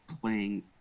playing